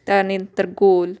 त्यानंतर गोल